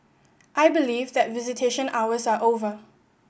I believe that visitation hours are over